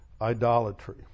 idolatry